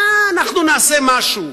אה, אנחנו נעשה משהו.